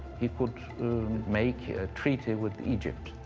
he could make a treaty with egypt.